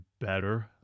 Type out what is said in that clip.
better